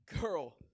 girl